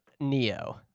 neo